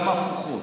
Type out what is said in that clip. גם הפוכות,